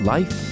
Life